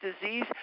disease